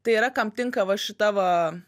tai yra kam tinka va šita va